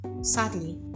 sadly